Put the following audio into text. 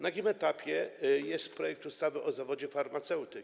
Na jakim etapie jest projekt ustawy o zawodzie farmaceuty?